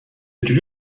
جوری